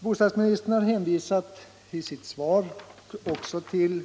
Bostadsministern har i sitt svar även hänvisat till